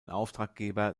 auftraggeber